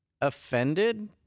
offended